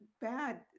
bad